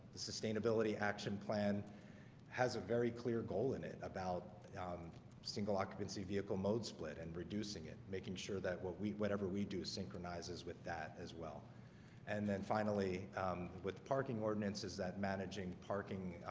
the sustainability action plan has a very clear goal in it about single occupancy vehicle mode split and reducing it making sure that what we whatever we do synchronizes with that as well and then finally with parking ordinance. is that managing parking?